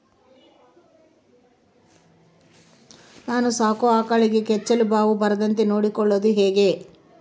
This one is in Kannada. ನಾನು ಸಾಕೋ ಆಕಳಿಗೆ ಕೆಚ್ಚಲುಬಾವು ಬರದಂತೆ ನೊಡ್ಕೊಳೋದು ಹೇಗೆ?